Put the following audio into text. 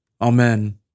Amen